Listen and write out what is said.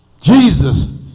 Jesus